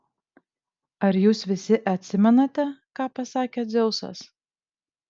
ar jūs visi atsimenate ką pasakė dzeusas